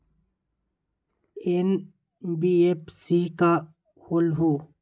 NBFC का होलहु?